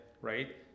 Right